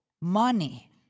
money